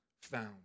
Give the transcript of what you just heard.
found